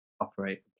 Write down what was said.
operate